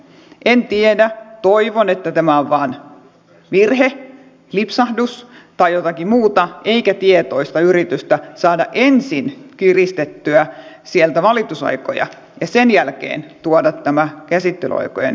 en tiedä toivon että tämä on vain virhe lipsahdus tai jotakin muuta eikä tietoinen yritys saada ensin kiristettyä sieltä valitusaikoja ja sen jälkeen tuoda tämä käsittelyaikojen lyhennys